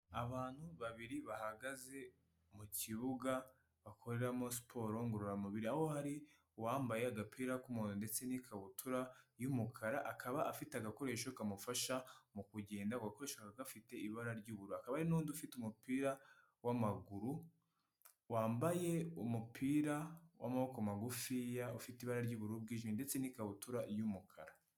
Abantu babiri bahagaze, mu kibuga bakoreramo siporo ngororamubiri, aho hari uwambaye agapira k'umuhondo ndetse n'ikabutura y'umukara, akaba afite agakoresho kamufasha mu kugenda, ako gakoresho kakaba gafite ibara ry'ubururu, hakaba n'undi ufite umupira w'amaguru, wambaye umupira w'amaboko magufi, ufite ibara ry'ubururu bw'ijimye ndetse n'ikabutura y'umukara.